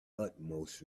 utmost